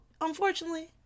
unfortunately